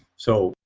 so,